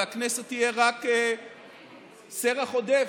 והכנסת תהיה רק סרח עודף.